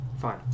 Fine